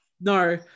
no